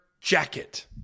jacket